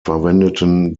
verwendeten